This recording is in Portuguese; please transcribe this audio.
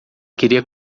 queria